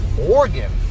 Oregon